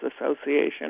Association